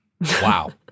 Wow